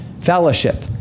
fellowship